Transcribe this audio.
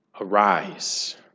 arise